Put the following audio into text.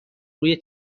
روی